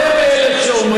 אתם אלה שאומרים,